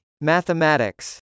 Mathematics